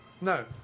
no